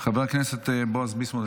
חבר הכנסת בועז ביסמוט,